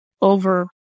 over